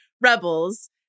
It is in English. Rebels